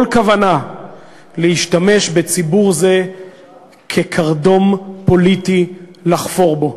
כוונה להשתמש בציבור זה כקרדום פוליטי לחפור בו.